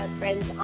friends